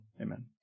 Amen